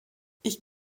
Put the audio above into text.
ich